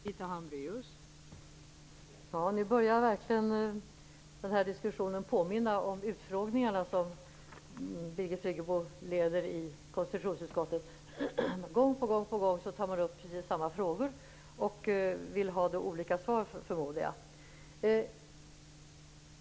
Fru talman! Nu börjar verkligen den här diskussionen påminna om de utfrågningar som Birgit Friggebo leder i konstitutionsutskottet. Gång på gång tar man upp precis samma frågor - och vill ha olika svar, förmodar jag.